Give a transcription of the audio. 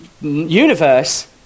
universe